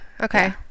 Okay